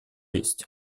есть